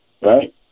right